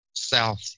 South